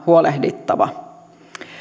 huolehdittava